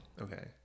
Okay